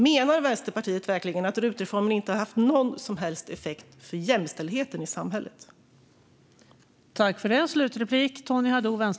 Menar Vänsterpartiet verkligen att RUT-reformen inte har haft någon som helst effekt för jämställdheten i samhället?